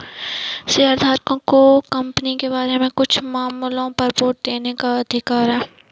शेयरधारकों को कंपनी के बारे में कुछ मामलों पर वोट देने का अधिकार है